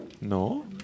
No